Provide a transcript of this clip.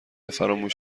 فراموش